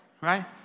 right